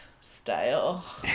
style